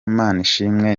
manishimwe